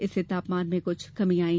इससे तापमान में कुछ कमी आयी